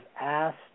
asked